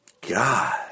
God